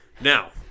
Now